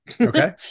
Okay